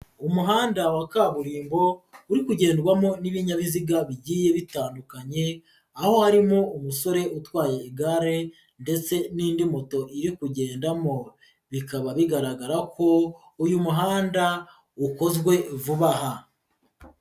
Umuhanda wa kaburimbo uri kugendwamo n'ibinyabiziga bigiye bitandukanye, aho harimo umusore utwaye igare ndetse n'indi moto iri kugendamo, bikaba bigaragara ko uyu muhanda ukozwe vuba aha.